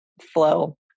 flow